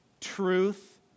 truth